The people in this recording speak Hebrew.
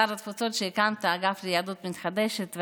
שר התפוצות, הקמת אגף ליהדות מתחדשת.